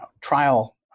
trial